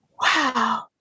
wow